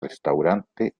restaurante